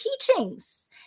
teachings